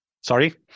Sorry